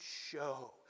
show